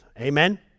Amen